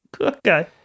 Okay